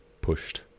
pushed